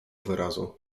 wyrazu